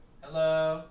Hello